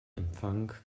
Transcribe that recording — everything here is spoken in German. empfang